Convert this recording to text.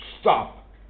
Stop